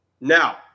Now